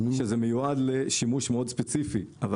כשזה מיועד לשימוש מאוד ספציפי.